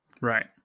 Right